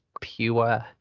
pure